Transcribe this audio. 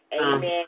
Amen